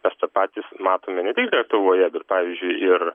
mes tą patys matome ne tik lietuvoje bet pavyzdžiui ir